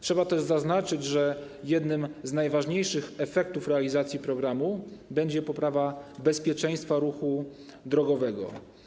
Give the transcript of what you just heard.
Trzeba też zaznaczyć, że jednym z najważniejszych efektów realizacji programu będzie poprawa bezpieczeństwa ruchu drogowego.